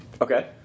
Okay